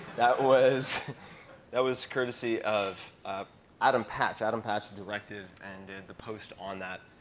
that was that was courtesy of adam patch. adam patch directed and did the post on that.